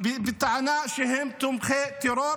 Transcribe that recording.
בטענה שהם תומכי טרור.